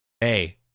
hey